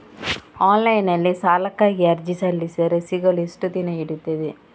Online ನಲ್ಲಿ ಸಾಲಕ್ಕಾಗಿ ಅರ್ಜಿ ಸಲ್ಲಿಸಿದರೆ ಸಿಗಲು ಎಷ್ಟು ದಿನ ಹಿಡಿಯುತ್ತದೆ?